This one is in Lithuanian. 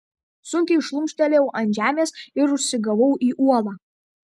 sunkiai šlumštelėjau ant žemės ir užsigavau į uolą